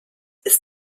ist